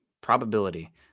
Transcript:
Probability